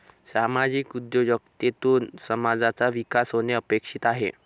सामाजिक उद्योजकतेतून समाजाचा विकास होणे अपेक्षित आहे